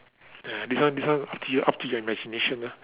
uh this one this one up to you up to your imagination ah